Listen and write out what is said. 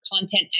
content